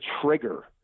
trigger